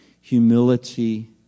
humility